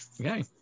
okay